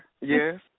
Yes